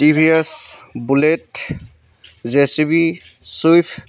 TVS bullet JCB swift